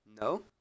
No